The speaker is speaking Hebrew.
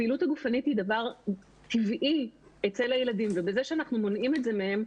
הפעילות הגופנית היא דבר טבעי אצל הילדים ובזה שאנחנו מונעים את זה מהם,